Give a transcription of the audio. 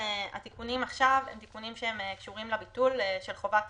התיקונים עכשיו הם תיקונים שקשורים לביטול חובת